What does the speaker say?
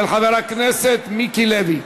של חבר הכנסת מיקי לוי.